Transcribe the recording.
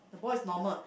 the boy is normal